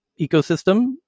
ecosystem